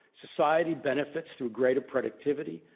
society benefits through greater productivity,